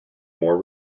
more